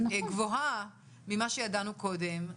גבוה ממה שידענו קודם.